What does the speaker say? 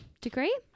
degree